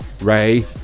Ray